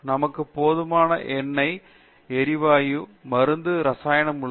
நமக்கு போதுமான எண்ணெய் எரிவாயு மருந்து இரசாயனம் உள்ளது